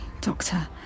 Doctor